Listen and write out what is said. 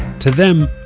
to them,